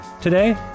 today